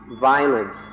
violence